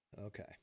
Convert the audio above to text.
Okay